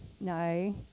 no